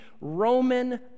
roman